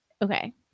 Okay